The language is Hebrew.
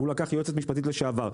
הוא לקח יועצת משפטית לשעבר,